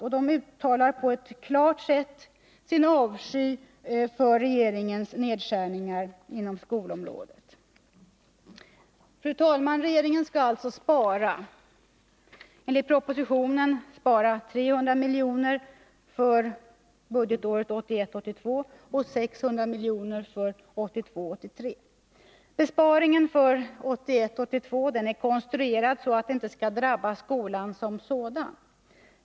De uttalar på ett klart sätt sin avsky för regeringens nedskärningar inom skolområdet. Fru talman! Regeringen skall alltså spara, enligt propoisitionen 300 milj.kr. 1981 83. Besparingen för 1981/82 är konstruerad så att den inte skall drabba skolan som sådan.